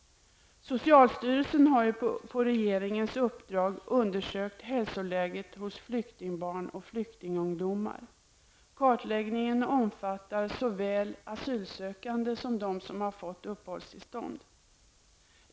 Socialstyrelsen har på regeringens uppdrag undersökt hälsoläget hos flyktingbarn och flyktingungdomar. Kartläggningen omfattar såväl asylsökande som sådana som fått uppehållstillstånd.